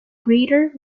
greater